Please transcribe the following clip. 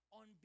on